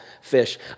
fish